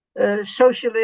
socialist